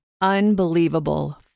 Unbelievable